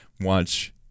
watch